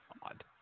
God